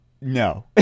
no